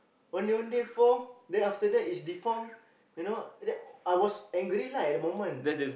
Ondeh-Ondeh four then after that it's deformed you know then I was angry lah at the moment